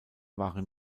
waren